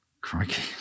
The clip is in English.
Crikey